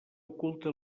oculta